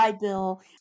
Bill